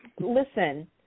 listen